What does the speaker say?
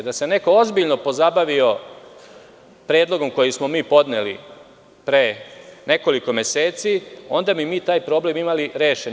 Da se neko ozbiljno pozabavio predlogom koji smo mi podneli pre nekoliko meseci, onda mi taj problem imali rešen.